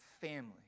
family